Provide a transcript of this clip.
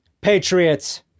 patriots